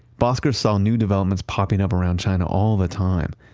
bosker saw new developments popping up around china all the time,